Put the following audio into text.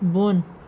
بۄن